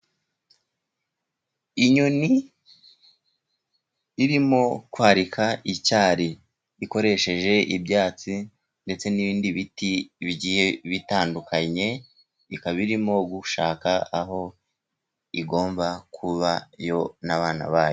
Inyoni irimo kwarika icyari ikoresheje ibyatsi ndetse n'ibindi biti bigiye bitandukanye, ikaba irimo gushaka aho igomba kuba yo n'abana bayo.